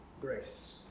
grace